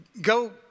go